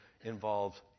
involves